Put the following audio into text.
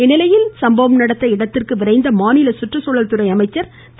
இந்நிலையில் சம்பவம் நடந்த இடத்திற்கு விரைந்த மாநில சுற்றுச்சூழல் துறை அமைச்சர் திரு